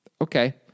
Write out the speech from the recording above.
Okay